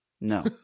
no